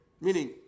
Meaning